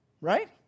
Right